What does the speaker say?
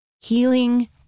healing